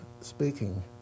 speaking